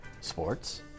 sports